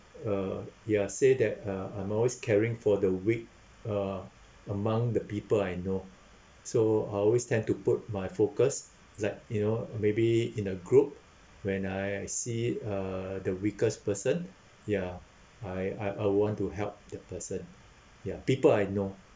uh ya say that uh I'm always caring for the weak uh among the people I know so I'll always tend to put my focus it's like you know maybe in a group when I I see uh the weakest person ya I I I want to help the person ya people I know